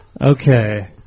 Okay